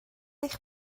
eich